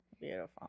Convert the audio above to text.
Beautiful